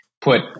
put